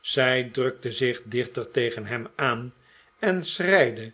zij drukte zich dichter tegen hem aan en schreide